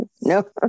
No